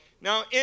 Now